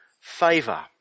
favor